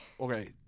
Okay